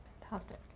Fantastic